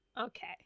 Okay